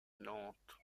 nantes